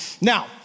Now